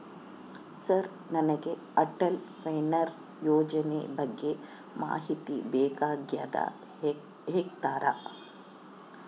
Sir ನನಗೆ Atal pension ಯೋಜನೆ ಬಗ್ಗೆ ಮಾಹಿತಿ ಬೇಕಾಗ್ಯದ ಹೇಳ್ತೇರಾ?